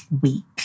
week